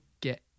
get